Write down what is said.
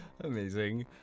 Amazing